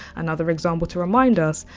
another example to remind us,